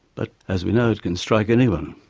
but as we know, it can strike anyone.